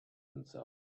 himself